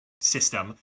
system